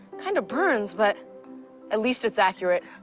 kind of burns, but at least it's accurate.